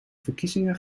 verkiezingen